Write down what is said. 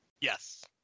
yes